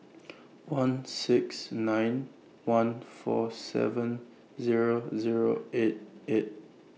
one six nine one four seven Zero Zero eight eight